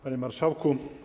Panie Marszałku!